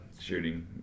Shooting